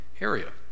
area